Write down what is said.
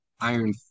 Iron